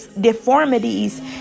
deformities